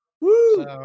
Woo